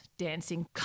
dancing